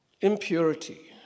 Impurity